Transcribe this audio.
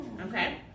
Okay